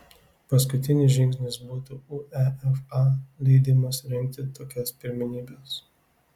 paskutinis žingsnis būtų uefa leidimas rengti tokias pirmenybes